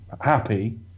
happy